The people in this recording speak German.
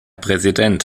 präsident